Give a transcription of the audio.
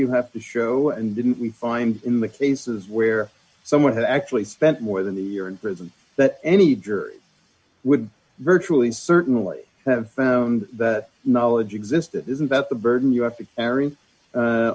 you have to show and didn't we find in the cases where someone had actually spent more than a year in prison that any jury would virtually certainly have found that knowledge existed isn't that the burden you have to